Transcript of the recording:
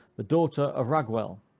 the daughter of raguel,